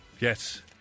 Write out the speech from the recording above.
yes